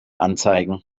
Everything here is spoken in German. anzeigen